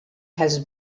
has